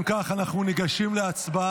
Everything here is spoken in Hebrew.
אם כך, אנחנו ניגשים להצבעה.